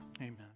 Amen